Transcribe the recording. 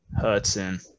Hudson